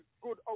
good